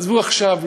עזבו עכשיו,